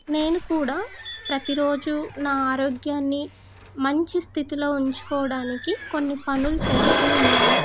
నేను కూడా ప్రతిరోజు నా ఆరోగ్యాన్ని మంచి స్థితిలో ఉంచుకోవడానికి కొన్ని పనులు చేస్తు ఉన్నాను